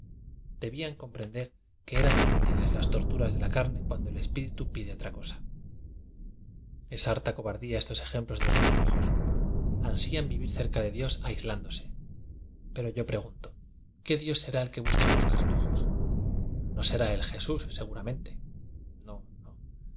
debían comprender que eran nútiles las torturas de la carne cuando el es píritu pide otra cosa es harta cobardía estos ejemplos de los cartujos ansian vivir cerca de dios aislán dose pero yo pregunto qué dios será el que buscan los cartujos no será el jesús seguramente no no